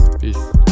Peace